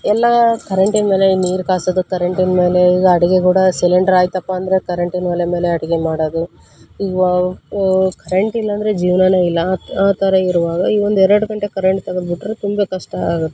ಎಲ್ಲ ಕರೆಂಟಿಂದನೇ ನೀರು ಕಾಸೋದು ಕರೆಂಟಿಂದಾನೇ ಈಗ ಅಡಿಗೆ ಕೂಡ ಸಿಲಿಂಡರ್ ಆಯ್ತಪ್ಪ ಅಂದರೆ ಕರೆಂಟಿನ ಒಲೆ ಮೇಲೆ ಅಡಿಗೆ ಮಾಡೋದು ಈಗ ಕರೆಂಟಿಲ್ಲ ಅಂದರೆ ಜೀವ್ನನೇ ಇಲ್ಲ ಆ ಥರ ಆ ಥರ ಇರುವಾಗ ಈಗ ಒಂದೆರಡು ಗಂಟೆ ಕರೆಂಟ್ ತಗದ್ಬಿಟ್ಟರೆ ತುಂಬ ಕಷ್ಟ ಆಗುತ್ತೆ